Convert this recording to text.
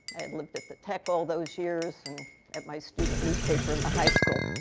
i had lived at the tech all those years and at my student newspaper in the high school.